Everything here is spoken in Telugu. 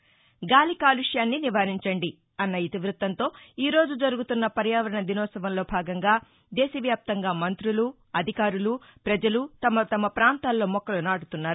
గాలి కాలుష్యాన్ని నివారించండి అన్న ఇతివృత్తంతో ఈ రోజు జరుగుతున్న పర్యావరణ దినోత్సవంలో భాగంగా దేశవ్యాప్తంగా మంతులు అధికారులు ప్రజలు తమ తమ పాంతాల్లో మొక్కలు నాటుతున్నారు